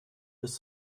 bis